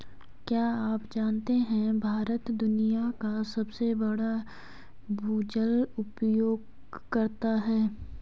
क्या आप जानते है भारत दुनिया का सबसे बड़ा भूजल उपयोगकर्ता है?